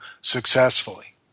successfully